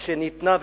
שניתנה,